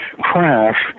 crash